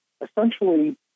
essentially